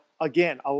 again